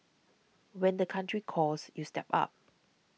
when the country calls you step up